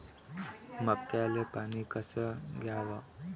मक्याले पानी कस द्याव?